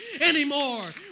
anymore